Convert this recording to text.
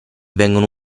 vengono